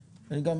כן, כן.